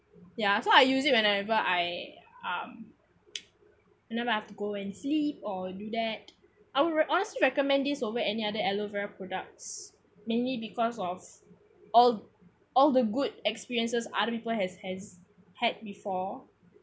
ya so I use it whenever I um whenever I have to go and sleep or do that I'll honestly recommend this over any other aloe vera products mainly because of all all the good experiences other people has has had before